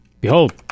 Behold